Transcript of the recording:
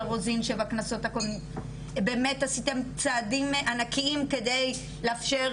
רוזין שבכנסות הקודמות באמת עשיתן צעדים ענקיים כדי לאפשר